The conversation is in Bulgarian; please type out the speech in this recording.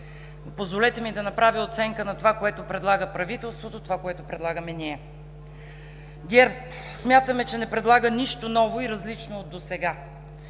Позволете ми да направя оценка на това, което предлага правителството, и това, което предлагаме ние. ГЕРБ смятаме, че не предлага нищо ново и различно от досега,